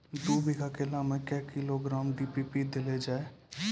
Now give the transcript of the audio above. दू बीघा केला मैं क्या किलोग्राम डी.ए.पी देले जाय?